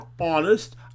honest